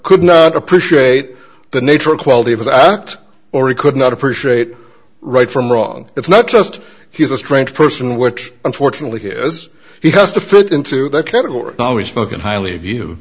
could not appreciate the nature quality of his act or he could not appreciate right from wrong it's not just he's a strange person which unfortunately he is he has to fit into that category always spoken highly of you